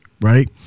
Right